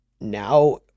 Now